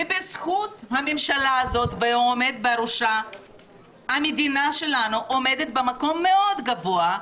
ובזכות הממשלה הזאת והעומד בראשה המדינה שלנו עומדת במקום מאוד גבוה,